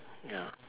ya